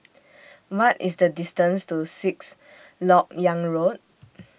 What IS The distance to Sixth Lok Yang Road